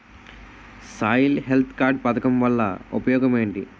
Soil health card పథకం వల్ల ఉపయోగం ఏంటి?